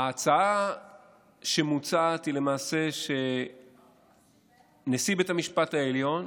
ההצעה שמוצעת היא למעשה שנשיא בית המשפט העליון,